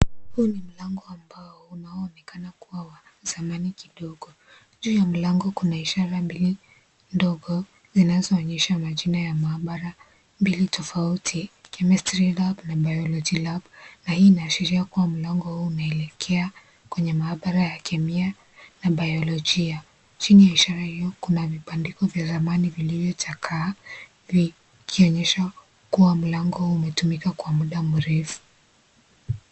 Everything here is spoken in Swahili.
Huu ni mlango wa mbao unaoonekana kuwa wa zamani kidogo. Juu ya mlango kuna ishara mbili ndogo zinazoonyesha majina ya maabara mbili tofauti chemistry lab na biology lab na hii inaashiria mlango huo unaelekea kwenye maabara ya kemia na bayolojia . Chini ya ishara hiyo kuna vibandiko vya zamani vilivyochakaa vikionyesha kuwa mlango huu umetumika kwa muda mrefu.